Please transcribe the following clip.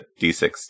D6